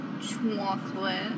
Chocolate